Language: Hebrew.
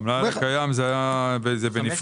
המלאי הקיים זה בנפרד.